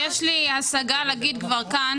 יש לי השגה לומר כבר כאן